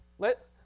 let